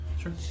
Sure